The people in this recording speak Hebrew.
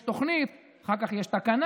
יש תוכנית, אחר כך יש תקנה.